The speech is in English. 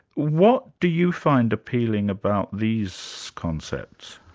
what do you find appealing about these concepts?